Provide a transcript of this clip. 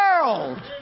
world